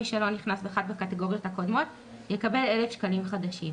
מי שלא נכנס באחת מהקטגוריות הקודמות יקבל 1,000 שקלים חדשים.